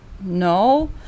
no